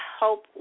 hope